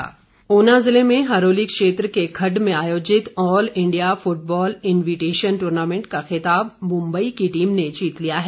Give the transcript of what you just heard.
football Una ज़िले में हरोली क्षेत्र के खड्ड में आयोजित all India football invitation tournament का खिताब मुम्बई की टीम ने जीत लिया है